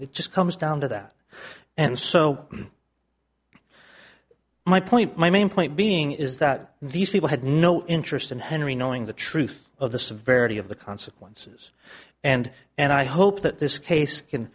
it just comes down to that and so my point my main point being is that these people had no interest in henry knowing the truth of the severity of the consequences and and i hope that this case can